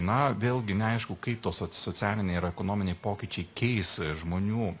na vėlgi neaišku kaip to soc socialiniai ir ekonominiai pokyčiai keis žmonių